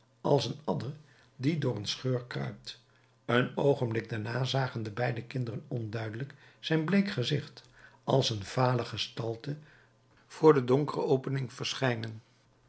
als een adder die door een scheur kruipt een oogenblik daarna zagen de beide kinderen onduidelijk zijn bleek gezicht als een vale gestalte voor de donkere opening verschijnen